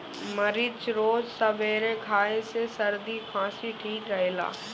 मरीच रोज सबेरे खाए से सरदी खासी ठीक रहेला